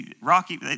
Rocky